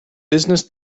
business